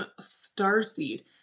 starseed